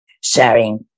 sharing